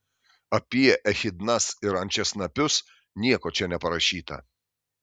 apie echidnas ir ančiasnapius nieko čia neparašyta